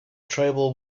tribal